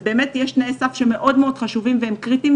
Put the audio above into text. אז באמת יש תנאי סף שהם מאוד חשובים והם קריטיים,